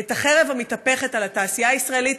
את החרב המתהפכת על התעשייה הישראלית,